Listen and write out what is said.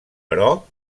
però